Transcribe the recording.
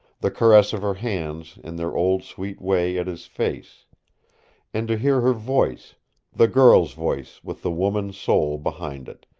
the caress of her hands in their old sweet way at his face and to hear her voice the girl's voice with the woman's soul behind it,